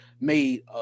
made